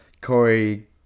Corey